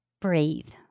breathe